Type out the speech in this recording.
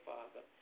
Father